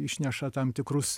išneša tam tikrus